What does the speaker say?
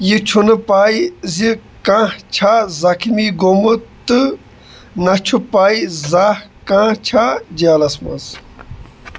یہِ چھُنہٕ پاے زِ کانٛہہ چھا زخمی گوٚومُت تہٕ نہ چھُ پاے زاہ کانٛہہ چھا جیلَس منٛز